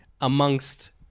amongst